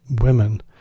women